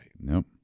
Nope